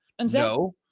No